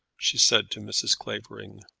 she said to mrs. clavering.